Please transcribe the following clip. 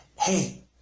hey